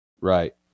Right